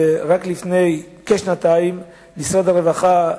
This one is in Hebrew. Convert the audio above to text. ורק לפני כשנתיים משרד הרווחה,